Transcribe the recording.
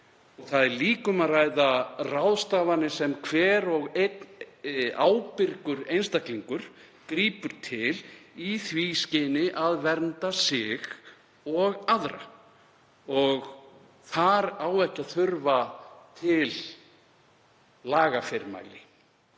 Þar er líka um að ræða ráðstafanir sem hver og einn ábyrgur einstaklingur grípur til í því skyni að vernda sig og aðra. Þar á ekki að þurfa lagafyrirmæli